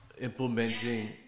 implementing